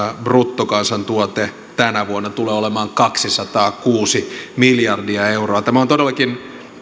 bruttokansantuote tänä vuonna tulee olemaan kaksisataakuusi miljardia euroa tämä on todellakin